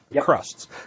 crusts